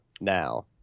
now